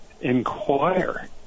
inquire